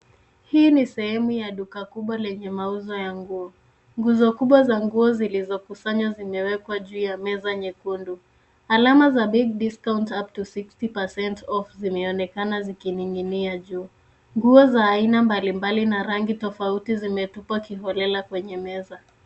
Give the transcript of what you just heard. Hii ni sehemu ya duka kubwa lenye mauzo ya nguo. Nguzo kubwa za nguo zilizokusanywa zimewekwa juu ya meza nyekundu. Alama za big discount up to sixty percent off zineonekana zikining'inia juu. Nguo za aina mbalimbali na rangi tofauti zimetupwa kiholela kwenye meza.